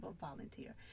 volunteer